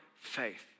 faith